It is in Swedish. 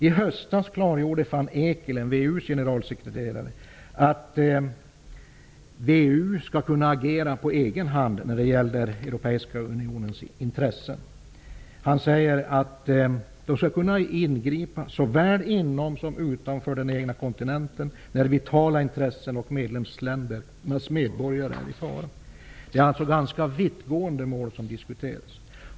I höstas klargjorde VEU:s generalsekreterare, van der Eekelen, att VEU skall kunna agera på egen hand när det gäller Europeiska Unionens intressen. Han säger att de skall kunna ingripa såväl inom som utanför den egna kontinenten när vitala intressen och medlemsländernas medborgare är i fara. Det är alltså ganska vittgående mål som diskuteras.